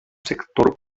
sector